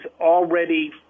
already